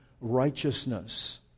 righteousness